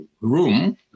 room